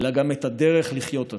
אלא גם את הדרך לחיות אותם: